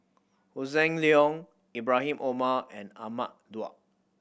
Hossan Leong Ibrahim Omar and Ahmad Daud